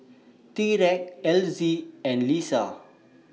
Tyreek Elzie and Lissa